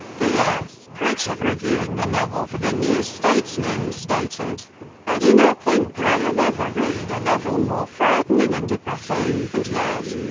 v. s. pritchett, reviewing the novel for the new statesman stated i do not think i have ever read a novel more frightening and depressing and yet,